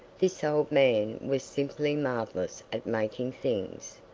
this old man was simply marvelous at making things.